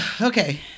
Okay